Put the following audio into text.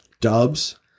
Dubs